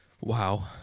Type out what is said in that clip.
Wow